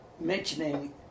mentioning